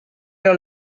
era